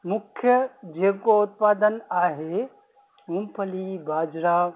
मुख्य जेको उत्पादन आहे मूंगफली बाजरा